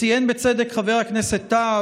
ציין בצדק חבר הכנסת טאהא,